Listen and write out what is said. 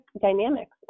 dynamics